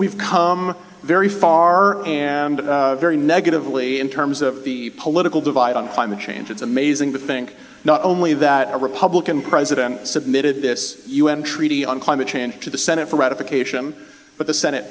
we've come very far and very negatively in terms of the political divide on climate change it's amazing to think not only that a republican president submitted this u n treaty on climate change to the senate for ratification but the senate